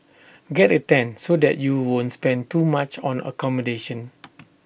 get A tent so that you won't spend too much on accommodation